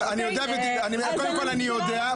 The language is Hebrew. קודם כל, אני יודע.